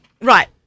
Right